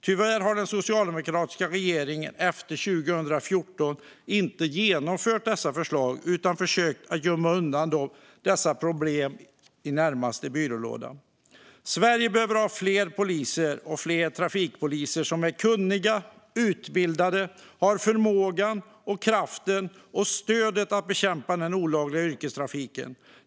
Tyvärr har den socialdemokratiska regeringen efter 2014 inte genomfört dessa förslag utan försökt att gömma undan problemen i närmaste byrålåda. Sverige behöver ha fler poliser och fler trafikpoliser som är kunniga och utbildade och har förmågan, kraften och stödet att bekämpa den olagliga yrkestrafiken.